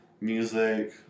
music